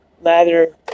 Lather